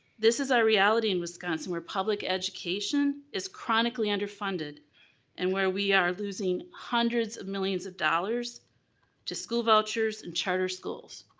this is a ah reality in wisconsin where public education is chronically underfunded and where we are losing hundreds of millions of dollars to school vouchers and charter schools.